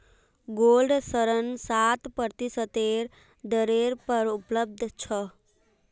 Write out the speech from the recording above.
gold ऋण सात प्रतिशतेर दरेर पर उपलब्ध छ